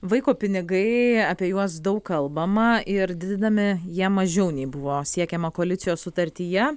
vaiko pinigai apie juos daug kalbama ir didinami jie mažiau nei buvo siekiama koalicijos sutartyje